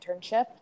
internship